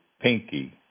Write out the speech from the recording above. pinky